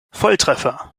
volltreffer